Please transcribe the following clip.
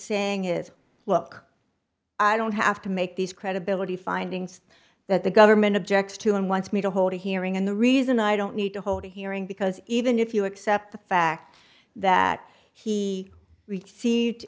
saying is look i don't have to make these credibility findings that the government objects to and wants me to hold a hearing and the reason i don't need to hold a hearing because even if you accept the fact that he received